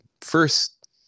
first